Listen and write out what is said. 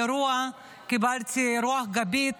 קיבלתי רוח גבית